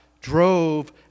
drove